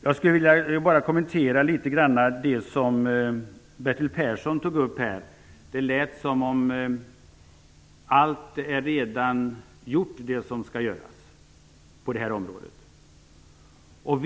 Jag skulle ytterligare bara vilja kommentera det som Bertil Persson tog upp. Det lät som om allting som skall göras på det här området redan är gjort.